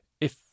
if